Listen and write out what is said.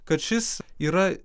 kad šis yra